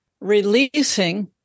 releasing